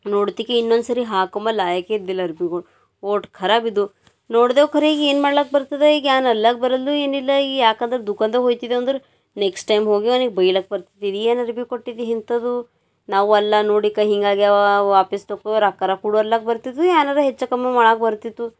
ನೋಡ್ತಿಕೆ ಇನ್ನೊಂದ್ಸರಿ ಹಾಕೊಮ ಲಾಯಕಿದ್ದಿಲ್ಲ ಅರ್ವಿಗುಳು ಓಟ್ ಖರಾಬ್ ಇದ್ವು ನೋಡ್ದೆವು ಖರೆ ಏನು ಮಾಡ್ಲಕ್ಕೆ ಬರ್ತದೆ ಈಗ ಏನ್ ಅನ್ಲಕ್ ಬರಲ್ದು ಏನಿಲ್ಲ ಈಗ ಯಾಕಂದ್ರೆ ದುಖಾನ್ದಾಗ್ ಹೋಯ್ತಿದ್ದೆ ಅಂದ್ರ ನೆಕ್ಸ್ಟ್ ಟೈಮ್ ಹೋಗಿ ಅವ್ನಿಗೆ ಬೈಲಕ್ಕೆ ಬರ್ತಿದ್ದೆವು ಇದು ಏನು ಅರ್ವಿ ಕೊಟ್ಟಿದಿ ಇಂಥದು ನಾವು ಅಲ್ಲ ನೋಡಿಕ ಹಿಂಗಾಗ್ಯವ ವಾಪಸ್ ತೊಗೋ ರೊಕ್ಕರ ಕೊಡ ಅನ್ಲಕ್ಕೆ ಬರ್ತಿದ್ವು ಏನರ ಹೆಚ್ಚು ಕಮ್ಮಿ ಮಾಡೋಕ್ ಬರ್ತಿತ್ತು